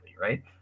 right